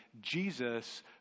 Jesus